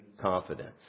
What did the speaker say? confidence